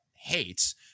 hates